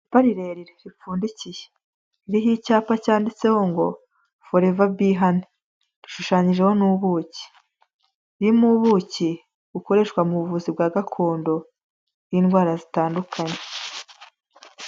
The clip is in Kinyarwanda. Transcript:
Icupa rire ripfundikiye, ririho icyapa cyanditseho ngo ''forever bee honey''. Rishushanyijeho n'ubuki. Ririmo ubuki bukoreshwa mu buvuzi bwa gakondo n'indwara zitandukanye.